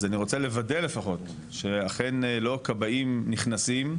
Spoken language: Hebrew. אני רוצה לוודא לפחות שאכן לא כבאים נכנסים,